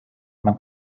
man